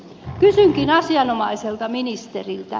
kysynkin asianomaiselta ministeriltä